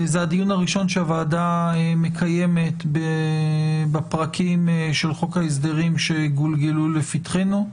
זה הדיון הראשון שהוועדה מקיימת בפרקים של חוק ההסדרים שגולגלו לפתחנו.